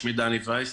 שמי דני וייס,